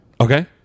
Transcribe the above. okay